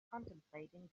contemplating